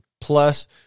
plus